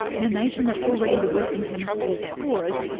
in a nation that's already the western hemisphere's poorest,